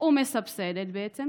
ומסבסדת בעצם